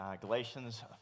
Galatians